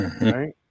right